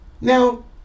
Now